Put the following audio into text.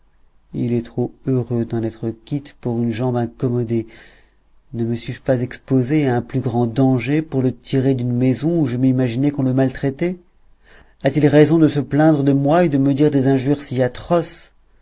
il est trop heureux d'en être quitte pour une jambe incommodée ne me suis-je pas exposé à un plus grand danger pour le tirer d'une maison où je m'imaginais qu'on le maltraitait a-t-il raison de se plaindre de moi et de me dire des injures si atroces